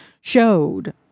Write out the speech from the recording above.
showed